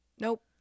Nope